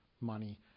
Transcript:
money